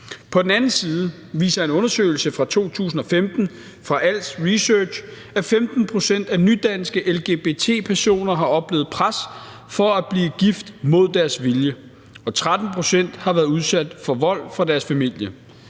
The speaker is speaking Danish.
På den anden side viser en undersøgelse fra 2015 fra Als Research, at 15 pct. af nydanske lgbt+-personer har oplevet pres for at blive gift mod deres vilje, og at 13 pct. har været udsat for vold fra deres familie.